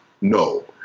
No